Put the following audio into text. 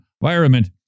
Environment